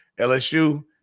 LSU